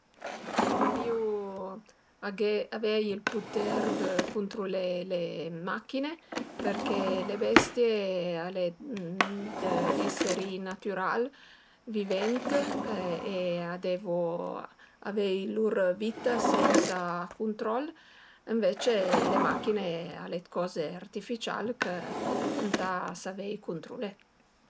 Preferirìu aghé avei ël puter dë cuntrulé le machin-e përché le bestie al e d'esseri natüral vivent e a devu avei lur vitta sensa cuntrol, ënvecce le macchine al e coze artificia ch'ëntà savei cuntrulé